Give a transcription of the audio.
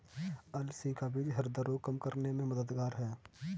अलसी का बीज ह्रदय रोग कम करने में मददगार है